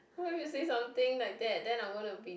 why would you say something like that then I'm gonna be